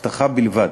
הבטחה בלבד.